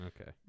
Okay